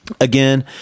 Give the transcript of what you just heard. again